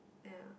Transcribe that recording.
ya